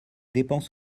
dépenses